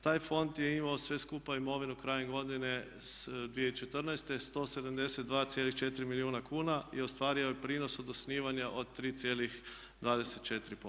Taj fond je imao sve skupa imovinu krajem godine 2014. 172,4 milijuna kuna i ostvario je prinos od osnivanja od 3,24%